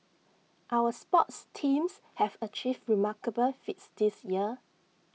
our sports teams have achieved remarkable feats this year